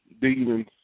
demons